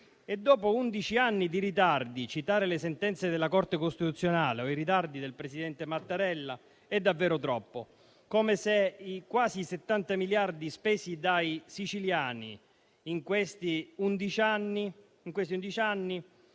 Dopo undici anni di ritardi, citare le sentenze della Corte costituzionale o i ritardi del presidente Mattarella è davvero troppo, come se i quasi 70 miliardi spesi dai siciliani in questi undici